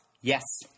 Yes